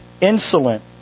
insolent